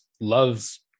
loves